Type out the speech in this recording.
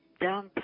down